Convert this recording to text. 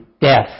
death